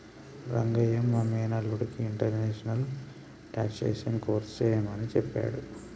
రంగయ్య మా మేనల్లుడికి international taxation course సెయ్యమని సెప్పాడు